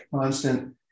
constant